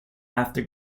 after